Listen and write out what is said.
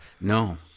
No